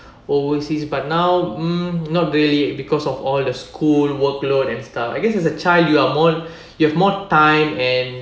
overseas but now mm not really because of all the school workload and stuff I guess as a child you are more you have more time and